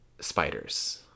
Spiders